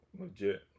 legit